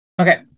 Okay